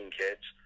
kids –